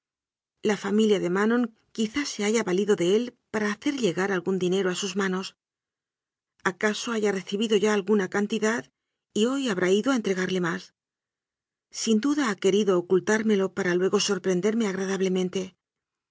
la familia de manon quizá se haya valido de él para hacer lle gar algún dinero a sus manos acaso haya reci bido ya alguna cantidad y hoy habrá ido a entre garle más sin duda ha querido ocultármelo para luego sorprenderme agradablemente